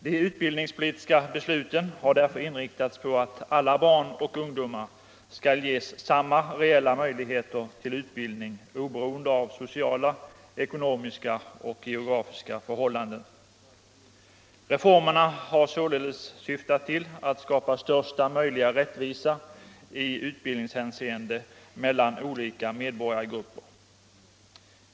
De utbildningspolitiska besluten har därför inriktats på att alla barn och ungdomar skall ges samma reella möjligheter till utbildning oberoende av sociala, ekonomiska och geografiska förhållanden. Reformerna har således syftat till att skapa största möjliga rättvisa i utbildningshänseende mellan olika medborgargrupper.